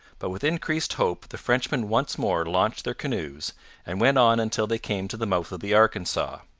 but with increased hope the frenchmen once more launched their canoes and went on until they came to the mouth of the arkansas.